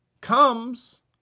comes